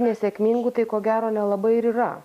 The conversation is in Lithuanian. nesėkmingų tai ko gero nelabai ir yra